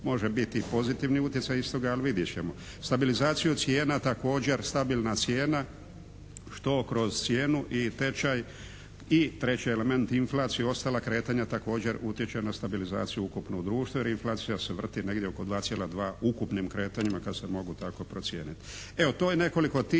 Može biti pozitivni iz toga, ali vidjet ćemo. Stabilizaciju cijenu, također stabilna cijena, što kroz cijenu i tečaj i treći element inflaciju i ostala kretanja također utječe na stabilizaciju ukupnog društva. Jer inflacija se vrti negdje oko 2,2 ukupnim kretanjima kad se mogu tako procijeniti.